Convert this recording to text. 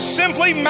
simply